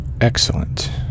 Excellent